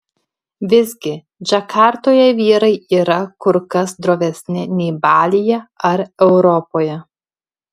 visgi džakartoje vyrai yra kur kas drovesni nei balyje ar europoje